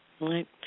Right